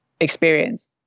experience